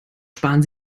sparen